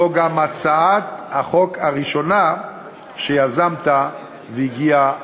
הצעת החוק הראשונה שיזמת והגיעה